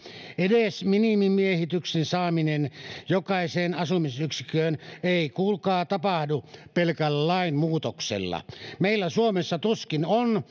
edes minimimiehityksen saaminen jokaiseen asumisyksikköön ei kuulkaa tapahdu pelkällä lain muutoksella meillä suomessa tuskin on